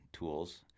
tools